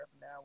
now